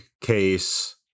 case